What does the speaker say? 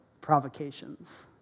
provocations